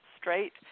straight